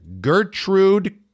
Gertrude